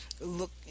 look